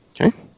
Okay